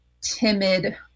timid